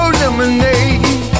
lemonade